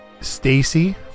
Stacy